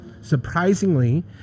Surprisingly